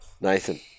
Nathan